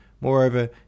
Moreover